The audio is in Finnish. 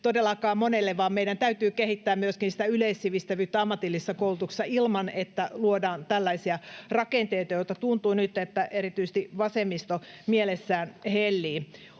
todellakaan monelle, vaan meidän täytyy kehittää myöskin sitä yleissivistävyyttä ammatillisessa koulutuksessa ilman että luodaan tällaisia rakenteita, joista tuntuu nyt, että erityisesti vasemmisto niitä mielessään hellii.